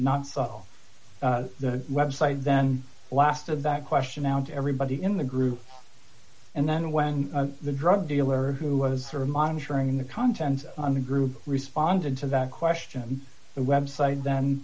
suffer the website then last of that question out to everybody in the group and then when the drug dealer who was sort of monitoring the content on the group responded to that question the website then